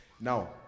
now